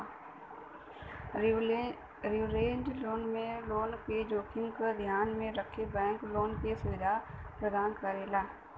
leverage loan में loan क जोखिम क ध्यान में रखके बैंक लोन क सुविधा प्रदान करेला